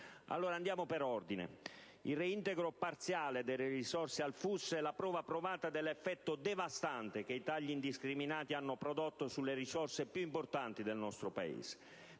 Andiamo per ordine: il reintegro parziale delle risorse al FUS è la prova provata dell'effetto devastante che i tagli indiscriminati hanno prodotto sulle risorse più importanti del nostro Paese.